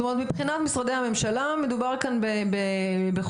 זאת אומרת מבחינת משרדי הממשלה מדובר כאן בחובה